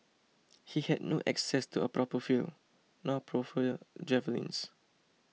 he had no access to a proper field nor proper javelins